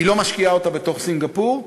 היא לא משקיעה אותה בתוך סינגפור,